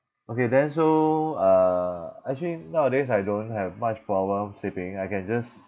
okay then so uh actually nowadays I don't have much problem sleeping I can just